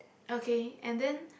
okay and then